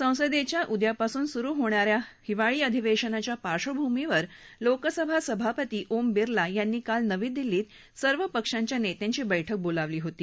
संसदेच्या उद्यापासून सुरू होणा या हिवाळी अधिवेशनाच्या पार्डीभूमीवर लोकसभा सभापती ओम बिरला यासीी काल नवी दिल्लीत सर्व पक्षाच्या नेत्यासी बैठक बोलावली होती